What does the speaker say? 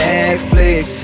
Netflix